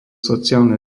sociálne